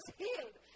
healed